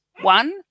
One